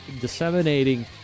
disseminating